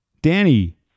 Danny